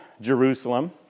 Jerusalem